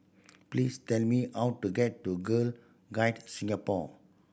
please tell me how to get to Girl Guides Singapore